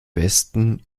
westen